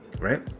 Right